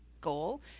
goal